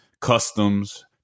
customs